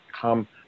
come